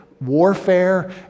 warfare